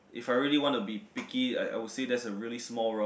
if I really want to be picky I I would say that's a really small rock